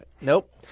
nope